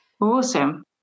awesome